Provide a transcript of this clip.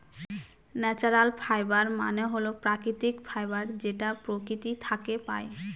natural fibre মানে হল প্রাকৃতিক ফাইবার যেটা প্রকৃতি থাকে পাই